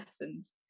lessons